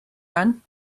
run